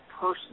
person